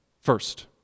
First